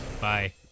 Bye